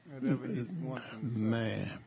Man